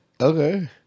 Okay